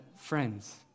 friends